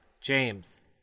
James